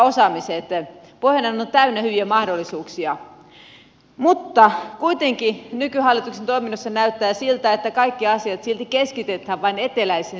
pohjoinen on täynnä hyviä mahdollisuuksia mutta kuitenkin nykyhallituksen toiminnassa näyttää siltä että kaikki asiat silti keskitetään vain eteläiseen suomeen